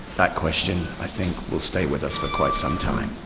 that question, i think, will stay with us for quite some time.